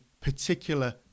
particular